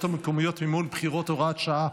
המקומיות (מימון בחירות) (הוראת שעה),